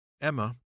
Emma